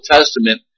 Testament